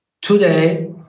today